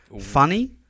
funny